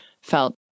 felt